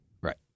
Right